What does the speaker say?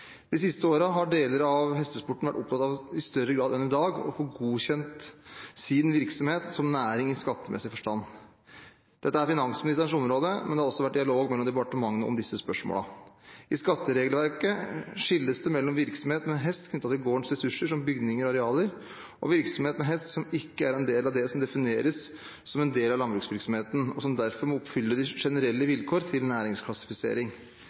De siste årene har deler av hestesporten vært opptatt av – i større grad enn i dag – å få godkjent sin virksomhet som næring i skattemessig forstand. Dette er finansministerens ansvarsområde, men det har også vært dialog mellom departementene om disse spørsmålene. I skatteregelverket skilles det mellom virksomhet med hest knyttet til gårdens ressurser som bygninger og arealer, og virksomhet med hest som ikke er en del av det som defineres som en del av landbruksvirksomheten, og som derfor må oppfylle de generelle vilkår til næringsklassifisering.